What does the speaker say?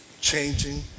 changing